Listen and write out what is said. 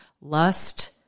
lust